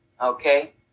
Okay